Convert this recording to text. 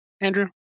Andrew